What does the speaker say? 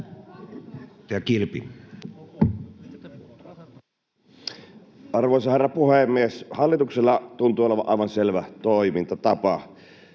Arvoisa herra puhemies! Hallituksella tuntuu olevan aivan selvä toimintatapa: